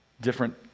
Different